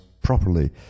properly